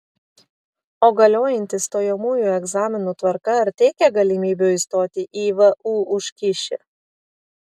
o galiojanti stojamųjų egzaminų tvarka ar teikia galimybių įstoti į vu už kyšį